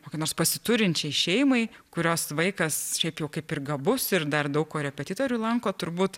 kokia nors pasiturinčiai šeimai kurios vaikas šiaip jau kaip ir gabus ir dar daug korepetitorių lanko turbūt